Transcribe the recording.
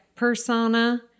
Persona